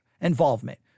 involvement